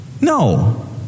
No